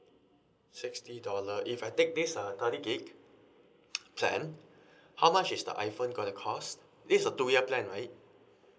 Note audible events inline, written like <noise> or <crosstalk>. sixty dollar if I take this uh thirty gigabyte plan <breath> how much is the iphone gonna cost this is the two year plan right